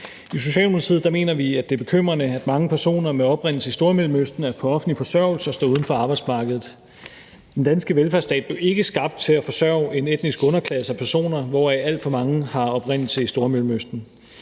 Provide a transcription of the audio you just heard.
I Socialdemokratiet mener vi, at det er bekymrende, at mange personer med oprindelse i Stormellemøsten er på offentlig forsørgelse og står uden for arbejdsmarkedet. Den danske velfærdsstat blev ikke skabt til at forsørge en etnisk underklasse af personer, hvoraf alt for mange har oprindelse i Stormellemøsten.